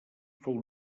fou